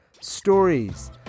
stories